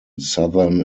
southern